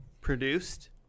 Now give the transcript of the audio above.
produced